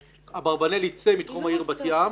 שאברבנאל ייצא מתחום העיר בת ים.